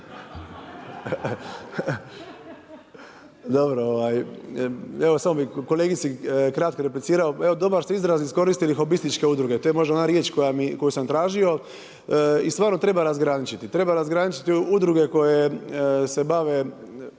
Evo samo bi kolegici kratko replicirao. Dobar ste izraz iskoristili hobističke udruge, to je možda ona riječ koju sam tražio. I stvarno treba razgraničiti, treba razgraničiti udruge koje se bave